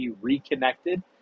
reconnected